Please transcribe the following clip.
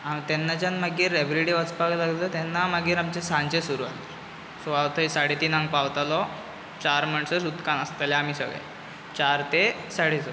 हांव तेन्नाच्यान मागीर एवरी डे वचपाक लागलों तेन्ना मागीर आमचें सांजचें सुरू जालें सो हांव थंय साडेतिनांक पावतालों चार म्हणसर उदकान आसताले आमी सगले चार ते साडे स